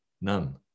none